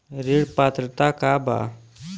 ऋण पात्रता का बा?